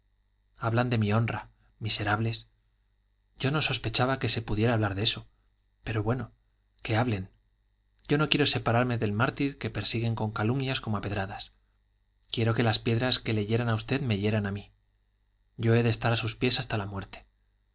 hablan de mi honra miserables yo no sospechaba que se pudiera hablar de eso pero bueno que hablen yo no quiero separarme del mártir que persiguen con calumnias como a pedradas quiero que las piedras que le hieran a usted me hieran a mí yo he de estar a sus pies hasta la muerte